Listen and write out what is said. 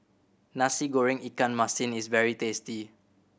Nasi Goreng ikan masin is very tasty